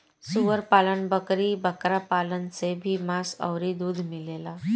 सूअर पालन, बकरी बकरा पालन से भी मांस अउरी दूध मिलेला